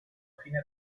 fine